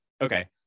Okay